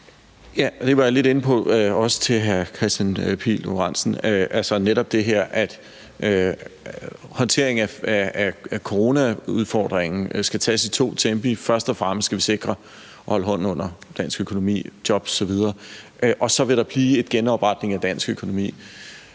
Det var jeg også lidt inde på til hr. Kristian Pihl Lorentzen, altså netop det her med, at håndteringen af coronaudfordringen skal tages i to tempi. Først og fremmest skal vi sikre, at vi holder hånden under dansk økonomi, jobs osv. Og så vil der blive en genopretning af dansk økonomi.